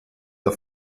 der